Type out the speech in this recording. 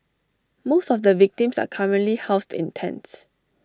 most of the victims are currently housed in tents